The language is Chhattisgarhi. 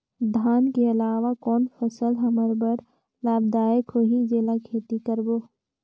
धान के अलावा कौन फसल हमर बर लाभदायक होही जेला खेती करबो?